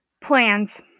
Plans